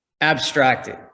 abstracted